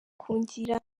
kungira